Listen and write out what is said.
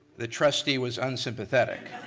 the trustee was unsympathetic.